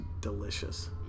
delicious